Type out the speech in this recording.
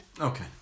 Okay